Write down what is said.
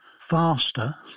faster